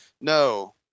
no